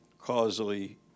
causally